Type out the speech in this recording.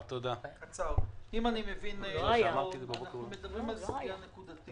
אנחנו מדברים על סוגיה נקודתית